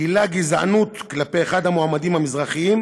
גילה גזענות כלפי אחד המועמדים המזרחיים